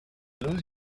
lose